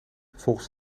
volgens